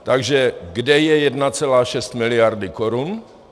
Takže kde je 1,6 miliardy korun?